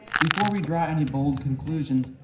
before we draw any bold conclusions,